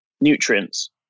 nutrients